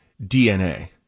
DNA